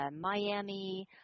Miami